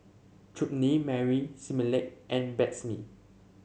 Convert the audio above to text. Chutney Mary Similac and Betsy Mee